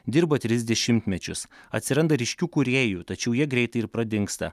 dirba tris dešimtmečius atsiranda ryškių kūrėjų tačiau jie greit ir pradingsta